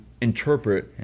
interpret